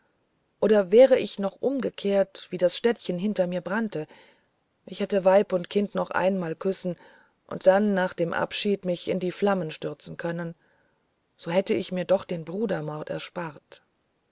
oder wäre ich doch umgekehrt wie das städtchen hinter mir brannte ich hätte weib und kind noch einmal küssen und dann nach dem abschied mich in die flammen stürzen können so hätte ich mir doch den brudermord erspart